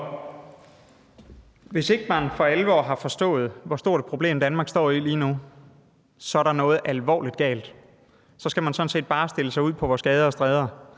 Hvis ikke man for alvor har forstået, hvor stort et problem Danmark står i lige nu, er der noget alvorligt galt. Så skal man sådan set bare stille sig ud på vores gader og stræder